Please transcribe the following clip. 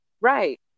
right